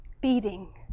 Beating